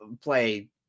play